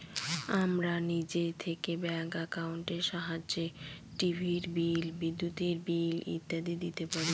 আমরা নিজে থেকে ব্যাঙ্ক একাউন্টের সাহায্যে টিভির বিল, বিদ্যুতের বিল ইত্যাদি দিতে পারি